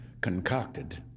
concocted